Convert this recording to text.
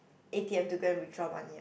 a_t_m to going withdraw money